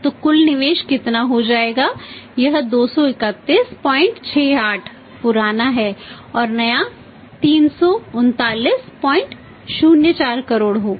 तो कुल निवेश कितना हो जाएगा यह 23168 पुराना है और नया 33904 करोड़ होगा